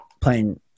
playing